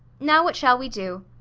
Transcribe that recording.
now what shall we do?